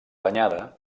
danyada